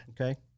okay